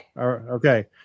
Okay